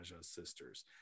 sisters